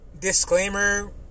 disclaimer